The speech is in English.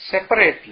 separately